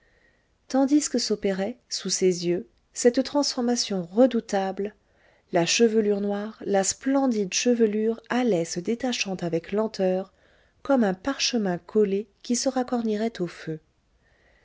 tandis que s'opérait sous ses yeux cette transformation redoutable la chevelure noire la splendide chevelure allait se détachant avec lenteur comme un parchemin collé qui se racornirait au feu